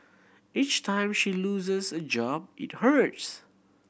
each time she loses a job it hurts